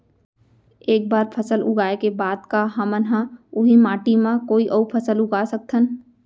एक बार फसल उगाए के बाद का हमन ह, उही माटी मा कोई अऊ फसल उगा सकथन?